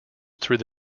through